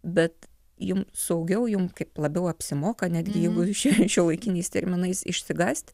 bet jum saugiau jum kaip labiau apsimoka netgi jeigu šiuo šiuolaikiniais terminais išsigąsti